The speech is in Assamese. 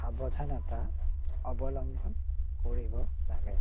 সাৱধানতা অৱলম্বন কৰিব লাগে